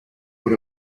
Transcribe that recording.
por